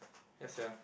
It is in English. ya sia